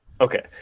Okay